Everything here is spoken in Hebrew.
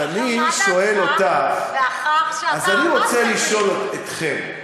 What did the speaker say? אז אני רוצה לשאול אתכם,